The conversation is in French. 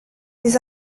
les